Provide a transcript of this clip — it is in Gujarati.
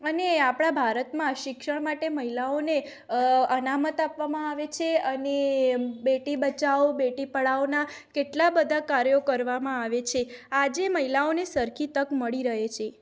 અને આપણા ભારતમાં શિક્ષણ માટે મહિલાઓને અ અનામત આપવામાં આવે છે અને બેટી બચાવો બેટી પઢાઓના કેટલા બધા કાર્યો કરવામાં આવે છે આજે મહિલાઓને સરખી તક મળતી રહે છે